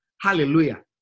Hallelujah